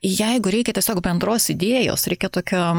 jeigu reikia tiesiog bendros idėjos reikia tokio